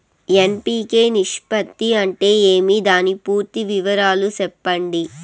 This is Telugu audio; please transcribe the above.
ఎన్.పి.కె నిష్పత్తి అంటే ఏమి దాని పూర్తి వివరాలు సెప్పండి?